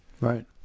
Right